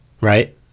Right